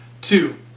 Two